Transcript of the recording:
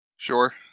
Sure